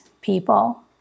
people